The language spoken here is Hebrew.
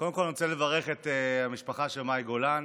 קודם כול, אני רוצה לברך את המשפחה של מאי גולן.